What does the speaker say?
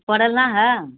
पड़ल न है